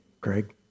Craig